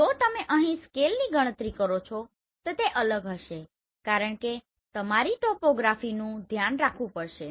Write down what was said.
જો તમે અહીં સ્કેલની ગણતરી કરો છો તો તે અલગ હશે કારણ કે તમારે ટોપોગ્રાફીનુ ધ્યાન રાખવું પડશે